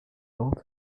also